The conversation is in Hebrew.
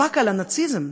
והמאבק בנאציזם,